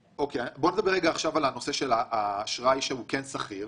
בואו נדבר על הנושא של האשראי שהוא כן סחיר.